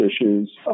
issues